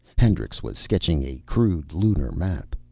hendricks was sketching a crude lunar map.